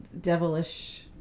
devilish